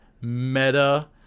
meta